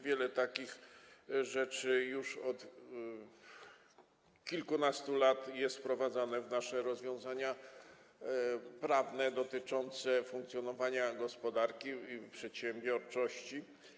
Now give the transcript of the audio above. Wiele takich rzeczy już od kilkunastu lat jest wprowadzanych do naszych rozwiązań prawnych dotyczących funkcjonowania gospodarki i przedsiębiorczości.